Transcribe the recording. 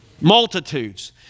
Multitudes